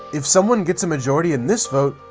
if someone gets a majority in this vote,